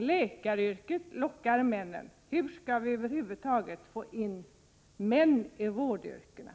läkaryrket lockar männen, hur skall vi då över huvud taget få in män i vårdyrkena?